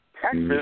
Texas